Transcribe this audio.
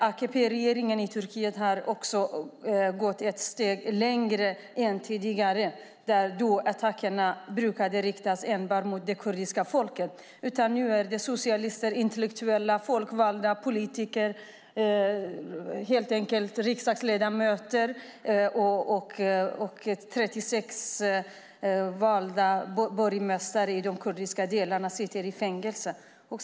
AKP-regeringen i Turkiet har gått ett steg längre än tidigare då attackerna brukade riktas enbart mot det kurdiska folket. Nu är det socialister, intellektuella, folkvalda, politiker och riksdagsledamöter, och 36 valda borgmästare i de kurdiska delarna sitter i fängelse.